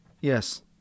Yes